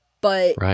But-